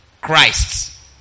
Christ